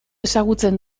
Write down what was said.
ezagutzen